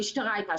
המשטרה הייתה,